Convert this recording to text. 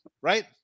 right